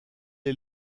est